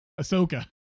Ahsoka